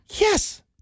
Yes